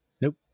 Nope